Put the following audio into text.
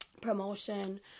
promotion